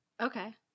okay